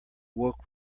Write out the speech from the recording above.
woke